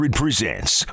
presents